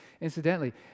Incidentally